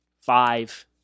five